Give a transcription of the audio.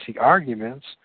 arguments